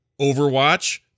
Overwatch